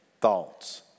thoughts